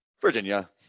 Virginia